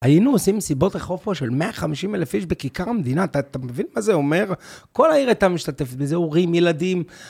היינו עושים סיבות רחוב פה של 150 אלף איש בכיכר המדינה, אתה מבין מה זה אומר? כל העיר הייתה משתתפת בזה, הורים, ילדים.